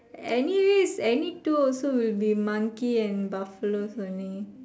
anyways any two also will be monkey and buffaloes only